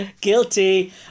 Guilty